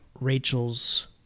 Rachel's